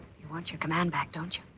you want your command back, don't you?